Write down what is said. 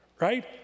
right